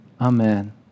Amen